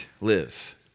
live